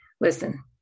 listen